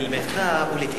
תגיד